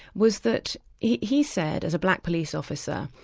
was that he he said as a black police officer,